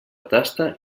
tasta